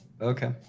Okay